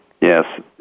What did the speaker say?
Yes